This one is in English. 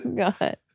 god